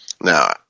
Now